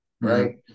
right